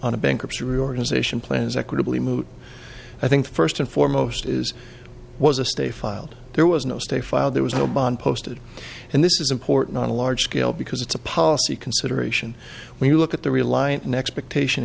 on a bankruptcy reorganization plan is equitably moot i think first and foremost is was a stay filed there was no stay filed there was no bond posted and this is important on a large scale because it's a policy consideration when you look at the reliant an expectation